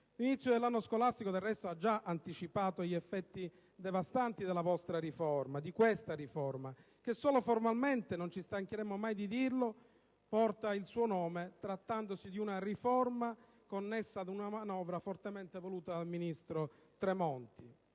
L'inizio dell'anno scolastico, del resto, ha già anticipato gli effetti devastanti della vostra riforma, di questa riforma, che solo formalmente - non ci stancheremo mai di dirlo - porta il suo nome, trattandosi di una riforma connessa ad una manovra fortemente voluta dal ministro Tremonti;